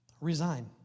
resign